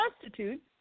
constitute